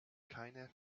keine